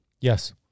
Yes